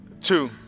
two